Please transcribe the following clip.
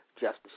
Justice